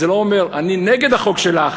אני נגד החוק שלך,